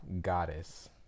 Goddess